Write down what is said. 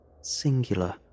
singular